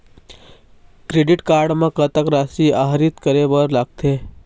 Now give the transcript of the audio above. Credit card म कतक राशि आहरित करे बर लगथे?